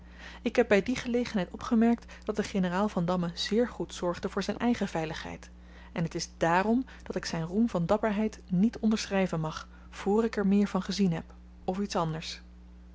ik heb by die gelegenheid opgemerkt dat de generaal vandamme zeer goed zorgde voor zyn eigen veiligheid en t is dààrom dat ik zyn roem van dapperheid niet onderschryven mag voor ik er meer van gezien heb of iets anders